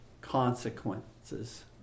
consequences